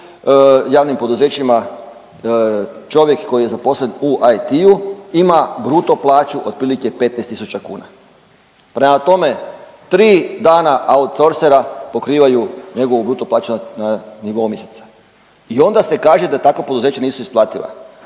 javnim poduzećima čovjek koji je zaposlen u IT-u ima bruto plaću otprilike 15 tisuća kuna. Prema tome, 3 dana outsourcera pokrivaju njegovu bruto plaću na nivou mjeseca i onda se kaže da takva poduzeća nisu isplativa.